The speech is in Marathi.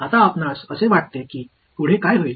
आता आपणास असे वाटते की पुढे काय होईल